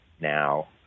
now